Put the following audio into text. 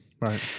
Right